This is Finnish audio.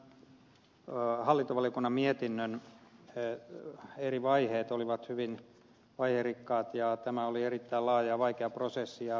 tämän hallintovaliokunnan mietinnön eri vaiheet olivat hyvin vaiherikkaat ja tämä oli erittäin laaja ja vaikea prosessi